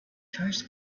first